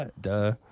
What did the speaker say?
Duh